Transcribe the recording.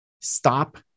Stop